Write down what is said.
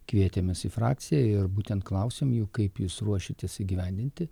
kvietėmės į frakciją ir būtent klausėm jų kaip jūs ruošiatės įgyvendinti